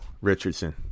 Richardson